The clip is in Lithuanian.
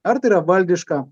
ar tai yra valdiška